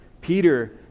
Peter